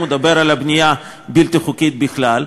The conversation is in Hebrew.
הוא מדבר על בנייה בלתי חוקית בכלל.